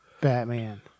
Batman